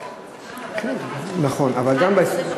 עד 25